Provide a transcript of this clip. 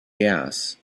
gas